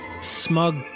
smug